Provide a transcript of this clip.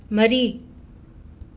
ꯃꯔꯤ